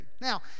Now